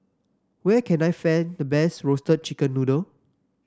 where can I find the best Roasted Chicken Noodle